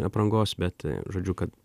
aprangos bet žodžiu kad